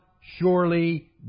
surely